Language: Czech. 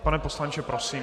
Pane poslanče, prosím.